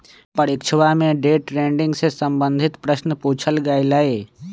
परीक्षवा में day trading से संबंधित प्रश्न पूछल गय लय